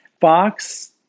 Fox